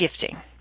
gifting